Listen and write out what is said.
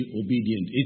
obedient